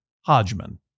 Hodgman